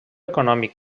econòmic